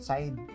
Side